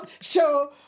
show